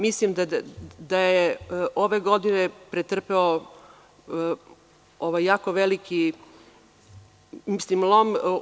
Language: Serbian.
Mislim da je ove godine pretrpeo jako veliki lom.